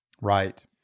Right